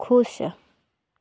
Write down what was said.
खुश